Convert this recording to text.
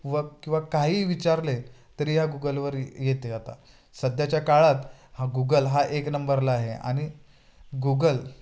व किंवा काहीही विचारले तरी या गुगलवर येते आता सध्याच्या काळात हा गुगल हा एक नंबरला आहे आणि गुगल